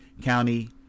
County